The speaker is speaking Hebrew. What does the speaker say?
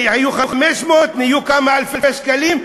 שהיו 500 שקל ונהיו כמה אלפי שקלים,